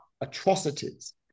atrocities